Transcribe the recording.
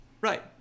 Right